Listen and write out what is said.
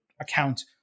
account